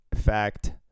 fact